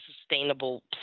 sustainable